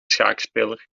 schaakspeler